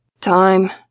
Time